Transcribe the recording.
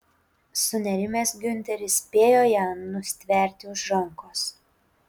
sunerimęs giunteris spėjo ją nustverti už rankos